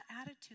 attitude